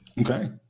Okay